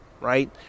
right